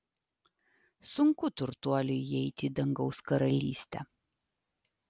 sunku turtuoliui įeiti į dangaus karalystę